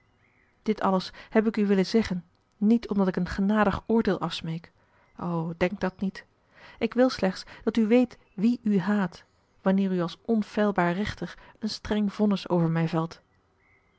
dit alles heb ik u willen zeggen niet omdat ik een genadig oordeel afsmeek o denk dat niet ik wil slechts dat u weet wie u haat wanneer u als onfeilbaar rechter een streng vonnis over mij velt